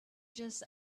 just